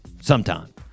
Sometime